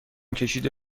کشیده